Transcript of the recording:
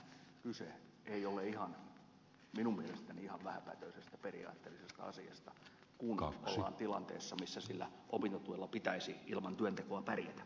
nimittäin kyse ei ole minun mielestäni ihan vähäpätöisestä periaatteellisesta asiasta kun ollaan tilanteessa missä sillä opintotuella pitäisi ilman työntekoa pärjätä